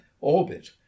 orbit